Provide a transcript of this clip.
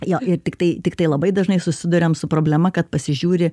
jo ir tiktai tiktai labai dažnai susiduriam su problema kad pasižiūri